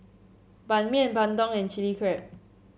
Ban Mian Bandung and Chilli Crab